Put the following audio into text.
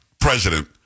president